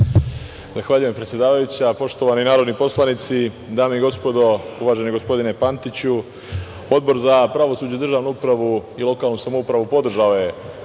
Zahvaljujem, predsedavajuća. Poštovani narodni poslanici, dame i gospodo, uvaženi gospodine Pantiću, Odbor za pravosuđe, državnu upravu i lokalnu samoupravu, podržao